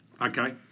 Okay